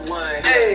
one